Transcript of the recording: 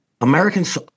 Americans